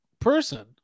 person